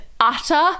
utter